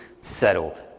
settled